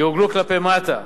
יעוגלו כלפי מטה,